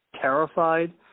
terrified